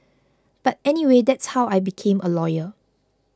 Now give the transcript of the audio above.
but anyway that's how I became a lawyer